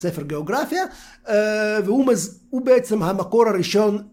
ספר גאוגרפיה והוא בעצם המקור הראשון.